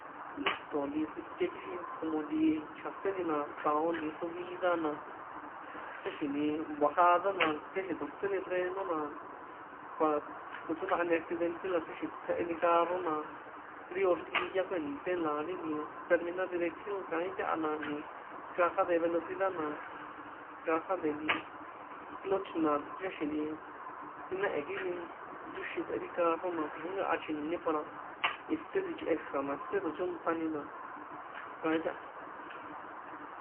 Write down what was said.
Lísṭo̱ nti tsꞌite, kixin como ntihi chjaseni na tao nti subida, na ticháxi̱n nti bajada na ticháxi̱n tsotseni freno, na para tsochondahani accidente la ticháxi̱n tsotsjeheni carro na ri orquilla kuènṭé, na la ri nti termina dirección kaín taha na nti, caja de velocidad na, caja de nti clutch na, ticháxi̱n nti tsinehe kixin yóxin tsꞌe ri carro na, tsoxenkaha chjiñe, para isé tsichꞌe xra̱, na isé tsochónṭani na kaín taha.